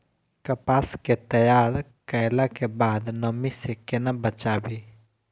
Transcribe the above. कपास के तैयार कैला कै बाद नमी से केना बचाबी?